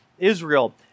Israel